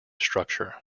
structure